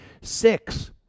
Six